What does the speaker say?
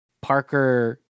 Parker